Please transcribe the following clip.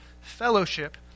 fellowship